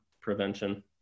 prevention